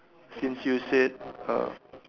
since you said uh